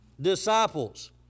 Disciples